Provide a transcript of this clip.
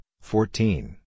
fourteen